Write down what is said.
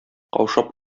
каушап